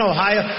Ohio